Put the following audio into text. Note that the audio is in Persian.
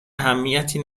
اهمیتی